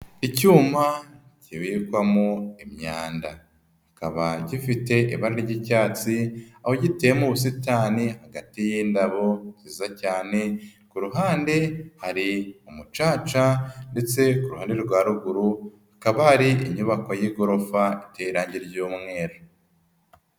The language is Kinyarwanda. Icyuma kibikwamo imyanda, kikaba gifite ibara ry'icyatsi aho giteye mu busitani hagati y'indabo nziza cyane, ku ruhande hari umucaca ndetse ku ruhande rwa ruguru hakaba hari inyubako y'igorofa iteye irangi ry'umweru.